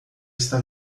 está